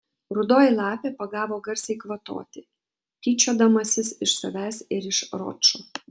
rudoji lapė pagavo garsiai kvatoti tyčiodamasis iš savęs ir iš ročo